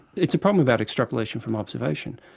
it's a problem about extrapolation from observation.